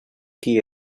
qui